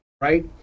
Right